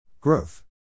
Growth